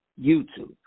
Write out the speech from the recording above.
YouTube